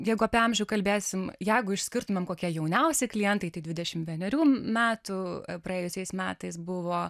jeigu apie amžių kalbėsim jeigu išskirtumėm kokia jauniausi klientai dvidešimt vienerių metų praėjusiais metais buvo